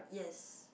yes